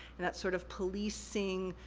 and that sort of policing,